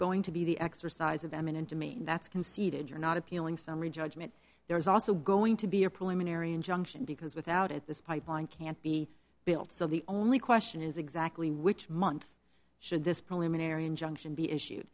going to be the exercise of eminent to me that's conceded you're not appealing summary judgment there is also going to be a preliminary injunction because without it this pipeline can't be built so the only question is exactly which month should this preliminary injunction be issue